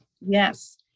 Yes